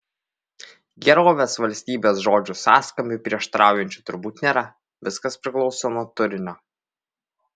gerovės valstybės žodžių sąskambiui prieštaraujančių turbūt nėra viskas priklauso nuo turinio